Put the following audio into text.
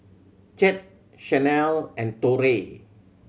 Chet Shanell and Torey